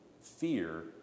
fear